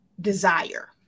desire